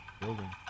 Building